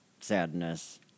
sadness